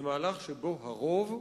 זה מהלך שבו הרוב,